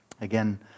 Again